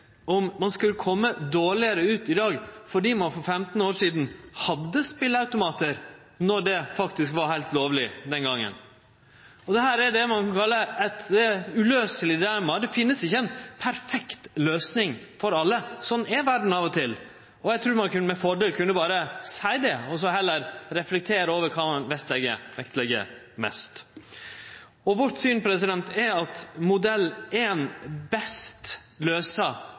om ein skulle kome dårlegare ut i dag fordi ein for 15 år sidan hadde speleautomatar – når det faktisk var heilt lovleg den gongen. Dette er det ein kallar eit uløyseleg dilemma. Det finst ikkje ei perfekt løysing for alle – sånn er verda av og til – og eg trur ein med fordel berre kunne seie det og så heller reflektere over kva ein vil vektleggje mest. Vårt syn er at modell 1 best løyser dette dilemmaet, sjølv om ingen av løysingane er